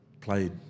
played